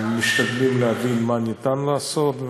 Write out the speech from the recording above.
משתדלים להבין מה אפשר לעשות,